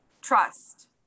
trust